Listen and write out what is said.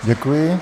Děkuji.